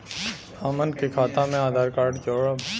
हमन के खाता मे आधार कार्ड जोड़ब?